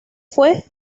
fue